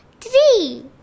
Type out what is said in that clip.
Three